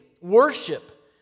Worship